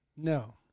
No